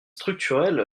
structurel